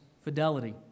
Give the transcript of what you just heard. fidelity